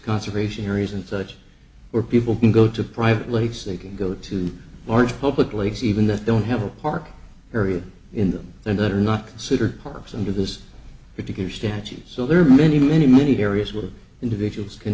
conservation areas and such where people can go to private lakes they can go to large public lakes even that don't have a park area in them and that are not considered parks and to this particular statue so there are many many many areas where the individuals can